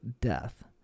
death